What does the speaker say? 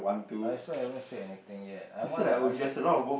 I also haven't said anything yet I wanna ask